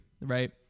Right